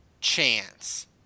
chance